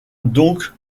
donc